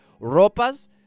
ropa's